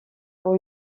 pour